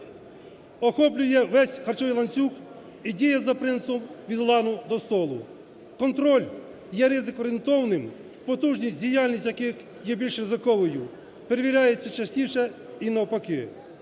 охоплює весь харчовий ланцюг і діє за принципом "від лану – до столу". Контроль є ризик орієнтовним, потужність, діяльність яких є більш ризиковою, перевіряється частіше і навпаки.